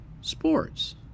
sports